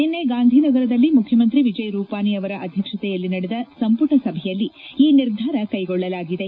ನಿನ್ನೆ ಗಾಂಧಿನಗರದಲ್ಲಿ ಮುಖ್ಯಮಂತ್ರಿ ವಿಜಯ್ ರೂಪಾನಿ ಅವರ ಅಧ್ಯಕ್ಷತೆಯಲ್ಲಿ ನಡೆದ ಸಂಪುಟ ಸಭೆಯಲ್ಲಿ ಈ ನಿರ್ಧಾರ ಕೈಗೊಳ್ಳಲಾಗಿದೆ